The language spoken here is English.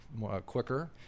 quicker